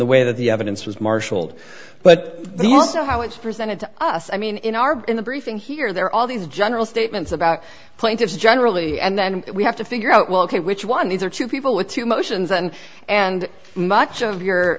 the way that the evidence was marshaled but then also how it's presented to us i mean in our in the briefing here there are all these general statements about plaintiffs generally and then we have to figure out well ok which one these are two people with two motions and and much of your